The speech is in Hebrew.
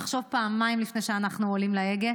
לחשוב פעמיים לפני שאנחנו עולים להגה,